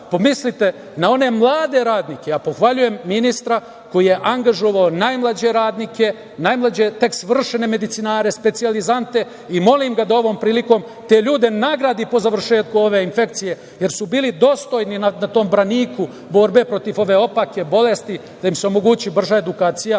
Pomislite na one mlade radnike. Pohvaljujem ministra koji je angažovao najmlađe radnike, tek svršene medicinare, specijalizante i molim ga, ovom prilikom, da te ljude nagradi po završetku ove infekcije, jer su bili dostojni na tom braniku borbe protiv ove opake bolesti i da im se omogući brža edukacija,